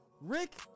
Rick